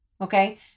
Okay